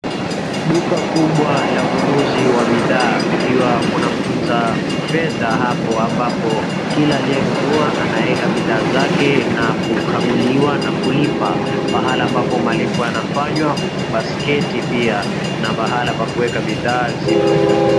Duka kubwa la ununuzi wa bidhaa ikiwa kuna mtunza fedha hapo ambapo kila aliyenunua anaeka bidhaa zake na kukaguliwa na kulipa pahala ambapo malipo yanafanywa huku basketi pia na pahala pa kuweka bidhaa zipo.